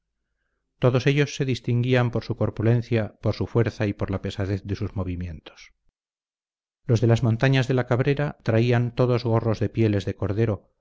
todos ellos se distinguían por su corpulencia por su fuerza y por la pesadez de sus movimientos los de las montañas de la cabrera traían todos gorros de pieles de cordero